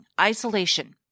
isolation